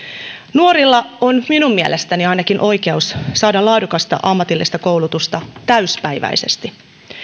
nuorilla on ainakin minun mielestäni oikeus saada laadukasta ammatillista koulutusta täyspäiväisesti